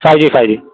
five G five G